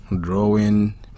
drawing